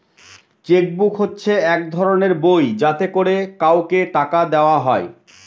check book হচ্ছে এক ধরনের বই যাতে করে কাউকে টাকা দেওয়া হয়